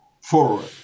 forward